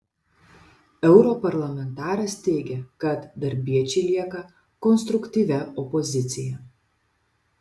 europarlamentaras teigė kad darbiečiai lieka konstruktyvia opozicija